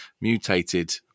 mutated